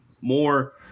more